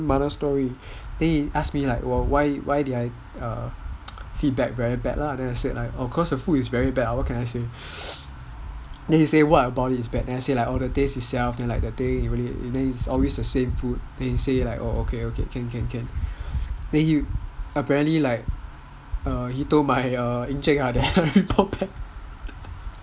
grandmother story then he ask me like why did I feedback very bad lah then I say cause the food is really very bad then he say what about it is bad then I say like the taste itself and it's always the same food then he say okay okay can can then he apparently like he told my encik ah then